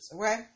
okay